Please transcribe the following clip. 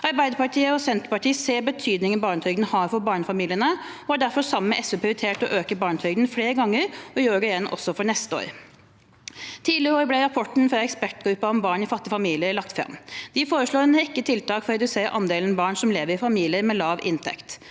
Arbeiderpartiet og Senterpartiet ser betydningen barnetrygden har for barnefamiliene, og har derfor, sammen med SV, prioritert å øke barnetrygden flere ganger, og vi gjør det igjen for neste år. Tidligere i år ble rapporten fra ekspertgruppen om barn i fattige familier lagt fram. De foreslår en rekke tiltak for å redusere andelen barn som lever i familier med lav inntekt.